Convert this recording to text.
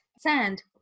sand